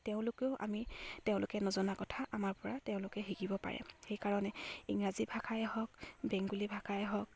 তেওঁলোকেও আমি তেওঁলোকে নজনা কথা আমাৰ পৰা তেওঁলোকে শিকিব পাৰে সেইকাৰণে ইংৰাজী ভাষাই হওক বেংগলী ভাষাই হওক